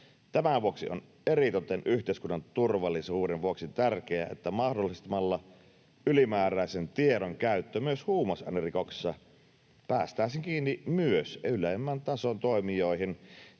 Tämän vuoksi on eritoten yhteiskunnan turvallisuuden vuoksi tärkeää, että mahdollistamalla ylimääräisen tiedon käyttö myös huumausainerikoksissa päästäisiin kiinni myös ylemmän tason toimijoihin,